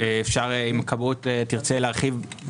אם הכבאות תרצה להרחיב, היא תרחיב.